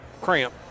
cramp